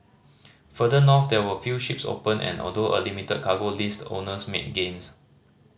further north there were few ships open and although a limited cargo list owners made gains